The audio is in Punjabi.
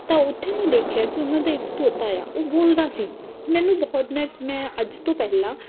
ਤਾਂ ਉੱਥੇ ਮੈਂ ਦੇਖਿਆ ਕਿ ਉਹਨਾਂ ਦਾ ਇੱਕ ਤੋਤਾ ਆ ਉਹ ਬੋਲਦਾ ਸੀ ਮੈਨੂੰ ਬਹੁਤ ਮੈਂ ਮੈਂ ਅੱਜ ਤੋਂ ਪਹਿਲਾਂ